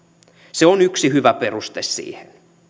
se on yksi hyvä peruste siihen